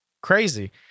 crazy